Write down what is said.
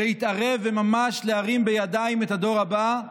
להתערב וממש להרים בידיים את הדור הבא,